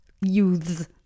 Youths